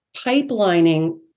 pipelining